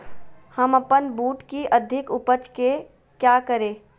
हम अपन बूट की अधिक उपज के क्या करे?